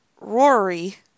Rory